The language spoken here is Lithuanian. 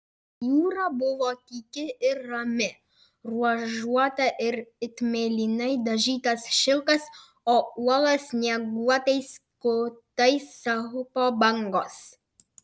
jūra buvo tyki ir rami ruožuota it mėlynai dažytas šilkas o uolas snieguotais kutais supo bangos